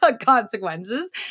consequences